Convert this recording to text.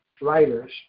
writers